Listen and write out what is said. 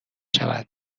شود